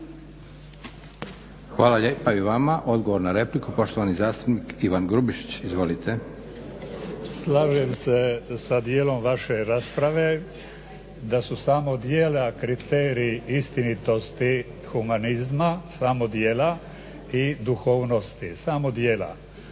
Hvala lijepa i vama. Odgovor na repliku poštovani zastupnik Ivan Grubišić. Izvolite. **Grubišić, Ivan (Nezavisni)** Slažem se sa djelom vaše rasprave da su samo djela, kriteriji, istinitosti humanizma samo djela i duhovnosti samo djela.